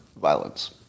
violence